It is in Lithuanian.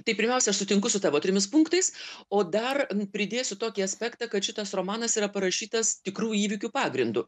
tai pirmiausia aš sutinku su tavo trimis punktais o dar pridėsiu tokį aspektą kad šitas romanas yra parašytas tikrų įvykių pagrindu